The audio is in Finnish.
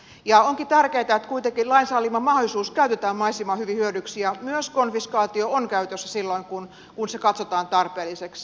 onkin tärkeätä että kuitenkin lain sallima mahdollisuus käytetään mahdollisimman hyvin hyödyksi ja myös konfiskaatio on käytössä silloin kun se katsotaan tarpeelliseksi